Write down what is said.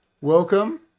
Welcome